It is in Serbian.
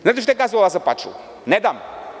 Znate šta je kazao Laza Paču – ne dam.